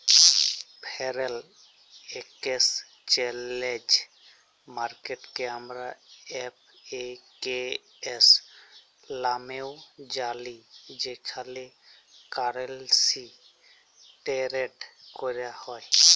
foreign exchange মার্কেটকে আমরা forex লামেও জালি যেখালে কারেলসি টেরেড ক্যরা হ্যয়